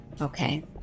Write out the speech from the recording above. okay